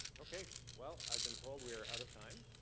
okay, well, i've been told we are out of time.